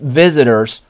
visitors